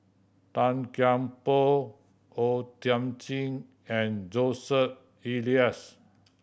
Tan Kian Por O Thiam Chin and Joseph Elias